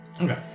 Okay